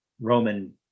Roman